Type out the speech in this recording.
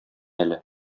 әле